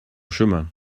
chemin